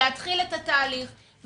להתחיל את התהליך,